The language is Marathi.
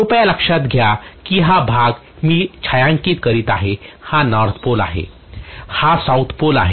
कृपया लक्षात घ्या की हा भाग मी छायांकित करीत आहे हा नॉर्थ पोल आहे हा साऊथ पोल आहे